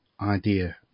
idea